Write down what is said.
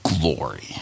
glory